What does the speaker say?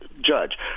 judge